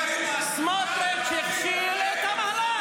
סמוטריץ' הכשיל את המהלך.